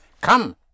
Come